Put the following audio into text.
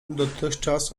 dotychczas